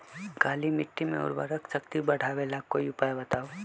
काली मिट्टी में उर्वरक शक्ति बढ़ावे ला कोई उपाय बताउ?